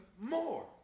more